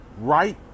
right